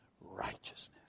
righteousness